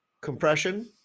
Compression